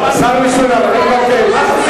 חבר הכנסת שטרית,